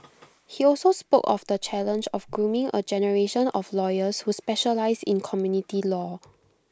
he also spoke of the challenge of grooming A generation of lawyers who specialise in community law